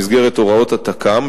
במסגרת הוראות התק"ם,